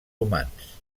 humans